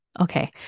Okay